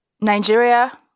Nigeria